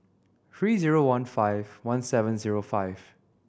three zero one five one seven zero five